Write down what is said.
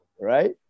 Right